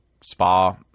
spa